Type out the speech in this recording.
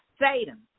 Satan